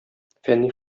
фәнни